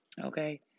Okay